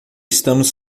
estamos